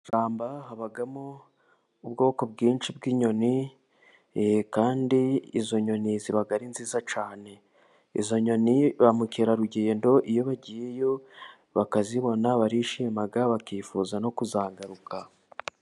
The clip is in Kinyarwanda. Mu ishyamba habamo ubwoko bwinshi bw'inyoni, kandi izo nyoni ziba ari nziza cyane, izo nyoni bamukerarugendo iyo bagiyeyo, bakazibona barishima bakifuza no kuzagaruka.